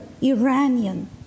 Iranian